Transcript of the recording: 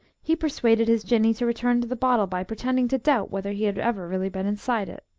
he persuaded his jinnee to return to the bottle by pretending to doubt whether he had ever really been inside it.